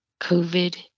COVID